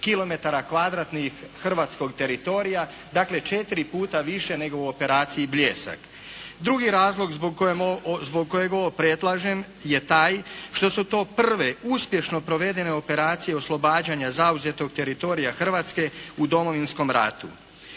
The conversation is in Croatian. teritorija. Dakle, četiri puta više nego u operaciji "Bljesak". Drugi razlog zbog kojeg ovo predlažem je taj što su to prve uspješno provedene operacije oslobađanja zauzetog teritorija Hrvatske u Domovinskom ratu.